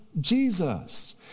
Jesus